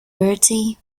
bertie